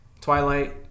Twilight